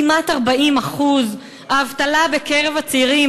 כמעט 40%; האבטלה בקרב הצעירים,